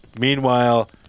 Meanwhile